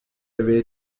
avaient